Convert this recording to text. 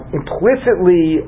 implicitly